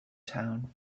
town